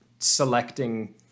selecting